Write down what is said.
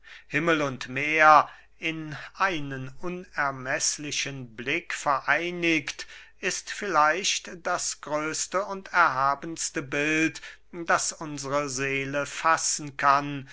himmel und meer in einen unermeßlichen blick vereinigt ist vielleicht das größte und erhabenste bild das unsre seele fassen kann